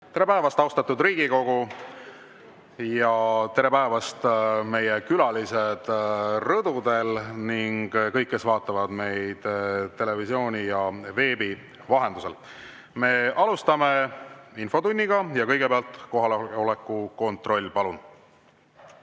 Tere päevast, austatud Riigikogu! Tere päevast, meie külalised rõdudel ning kõik, kes vaatavad meid televisiooni ja veebi vahendusel! Me alustame infotundi. Kõigepealt kohaloleku kontroll, palun!